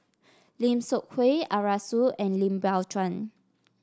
Lim Seok Hui Arasu and Lim Biow Chuan